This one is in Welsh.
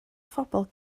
phobl